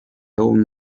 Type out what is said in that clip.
own